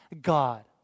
God